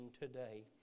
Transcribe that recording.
today